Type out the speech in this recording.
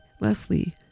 Leslie